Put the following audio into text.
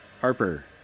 Harper